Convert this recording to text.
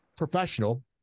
professional